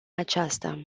aceasta